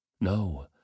No